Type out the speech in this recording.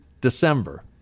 December